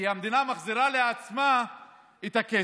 כי המדינה מחזירה לעצמה את הכסף.